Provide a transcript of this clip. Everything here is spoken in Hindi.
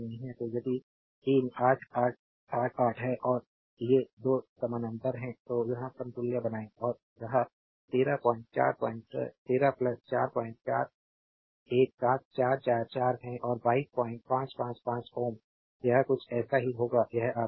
तो यदि यह 38888 है और ये 2 समानांतर हैं तो वहां समतुल्य बनाएं और यह 13 44 17444 है और 22555 Ω यह कुछ ऐसा ही होगा यह आपके 38 हैं